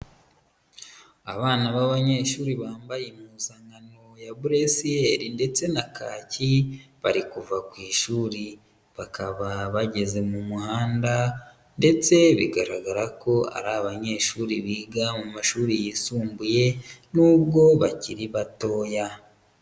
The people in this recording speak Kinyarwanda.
Abana b'abanyeshuri bambaye impuzankano ya blue ciel ndetse na kaki bari kuva ku ishuri, bakaba bageze mu muhanda ndetse bigaragara ko ari abanyeshuri biga mu mashuri yisumbuye nubwo bakiri batoya.